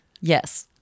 Yes